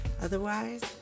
otherwise